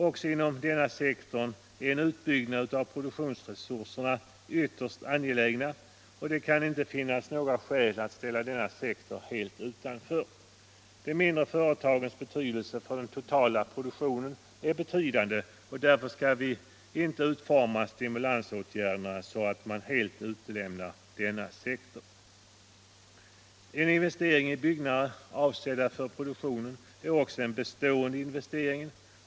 Också inom denna sektor är en utbyggnad av produktionsresurserna ytterst angelägen, och det kan inte finnas några skäl att ställa denna sektor helt utanför. De mindre företagens betydelse för den totala produktionen är stor, och därför bör inte stimulansåtgärder utformas så att vi helt utelämnar denna En investering i byggnader avsedda för produktion är också en bestående investering.